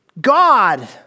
God